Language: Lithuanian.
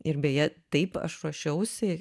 ir beje taip aš ruošiausi